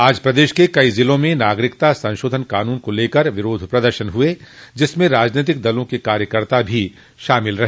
आज प्रदेश के कई जिलों में नागरिकता संशोधन कानून को लेकर विरोध प्रदर्शन हुए जिसमें राजनोतिक दलों के कार्यकर्ता भी शामिल रहे